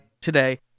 today